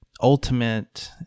ultimate